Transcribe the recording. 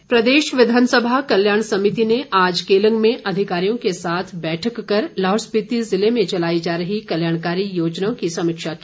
समिति प्रदेश विधानसभा कल्याण समिति ने आज केलंग में अधिकारियों के साथ बैठक कर लाहौल स्पीति ज़िले में चलाई जा रही कल्याणकारी योजनाओं की समीक्षा की